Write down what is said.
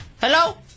Hello